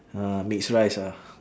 ah mix rice ah